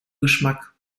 geschmack